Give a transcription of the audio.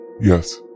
Yes